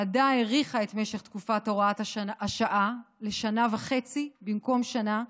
הוועדה האריכה את תקופת הוראת השעה לשנה וחצי במקום שנה,